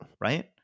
right